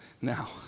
Now